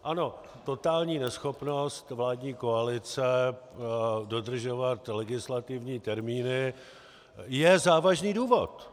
Ano, totální neschopnost vládní koalice dodržovat legislativní termíny je závažný důvod.